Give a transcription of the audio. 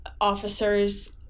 officers